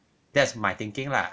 that's my thinking lah